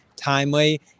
timely